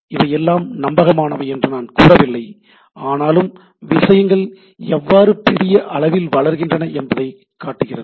இவையெல்லாம் நம்பகமானவை என்று நான் கூறவில்லை ஆனாலும் விஷயங்கள் எவ்வாறு பெரிய அளவில் வளர்கின்றன என்பதை இது காட்டுகிறது